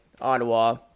Ottawa